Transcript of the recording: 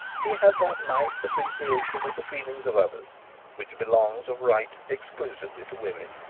he had that nice appreciation of the feelings of others which belongs of right exclusively to women.